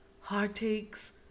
heartaches